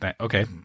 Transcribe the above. Okay